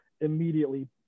immediately